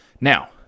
Now